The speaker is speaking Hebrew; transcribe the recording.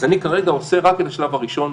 אז אני כרגע עושה רק את השלב הראשון